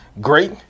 great